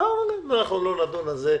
אז לא נדון בזה.